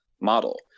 model